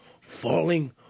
falling